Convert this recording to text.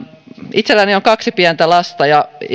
itselläni on kaksi pientä lasta ja